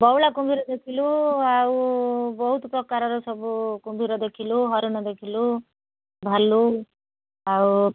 ବଉଳା କୁମ୍ଭୀର ଦେଖିଲୁ ଆଉ ବହୁତ ପ୍ରକାରର ସବୁ କୁମ୍ଭୀର ଦେଖିଲୁ ହରିଣ ଦେଖିଲୁ ଭାଲୁ ଆଉ